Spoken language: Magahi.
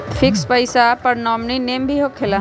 फिक्स पईसा पर नॉमिनी नेम भी होकेला?